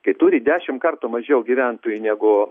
kai turi dešimt kartų mažiau gyventojų negu